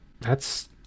thats